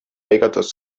lõigatud